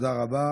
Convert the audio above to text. תודה רבה.